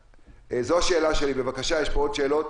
זו השאלה שלי, יש פה עוד שאלות.